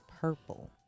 purple